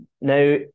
Now